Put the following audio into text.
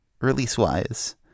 Release-wise